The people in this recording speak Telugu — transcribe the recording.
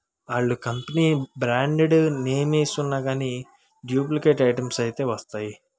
వాళ్ళు కంపెనీ బ్రాండెడ్ నేమ్ వేసివున్నా కానీ డూప్లికేట్ ఐటమ్స్ అయితే వస్తాయి